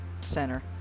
center